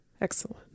Excellent